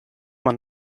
man